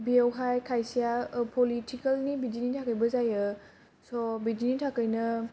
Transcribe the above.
बेवहाय खायसेआ फलिथिखेलनि बिदिनि थाखायबो जायो श' बिदिनि थाखायनो